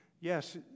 yes